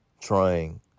trying